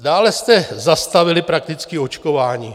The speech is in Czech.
Dále jste zastavili prakticky očkování.